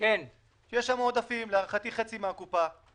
יש שם עודפים של חצי מהקופה, להערכתי.